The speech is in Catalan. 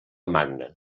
magna